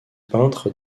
peintre